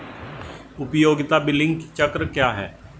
उपयोगिता बिलिंग चक्र क्या है?